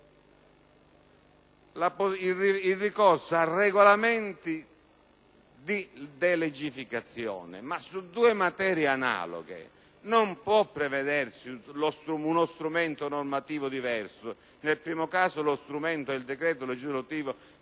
il ricorso a regolamenti di delegificazione. Su due materie analoghe non può prevedersi uno strumento normativo diverso: nel primo caso lo strumento è il decreto legislativo, nel